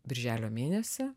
birželio mėnesį